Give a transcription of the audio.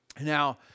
Now